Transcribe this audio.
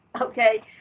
okay